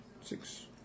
Six